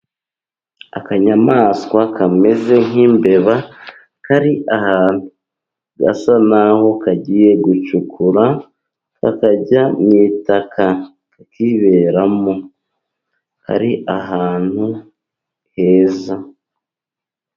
Akanyamaswa kameze nk'imbeba kari ahantu gasa n'aho kagiye gucukura kakajya mu itaka, kakiberamo, kari ahantu heza.